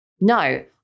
no